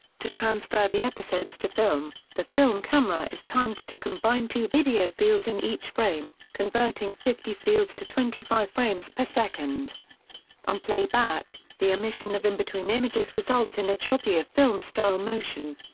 to transfer the episodes to film, the film camera is timed to combine two video fields in each frame, converting fifty fields to twenty five frames per second on playback, the omission of in-between images results in a choppier film style motion.